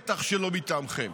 בטח שלא מטעמכם.